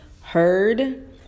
heard